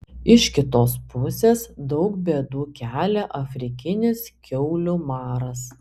iš kitos pusės daug bėdų kelia afrikinis kiaulių maras